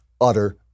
utter